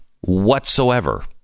whatsoever